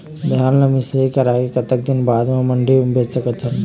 धान ला मिसाई कराए के कतक दिन बाद मा मंडी मा बेच सकथन?